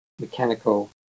mechanical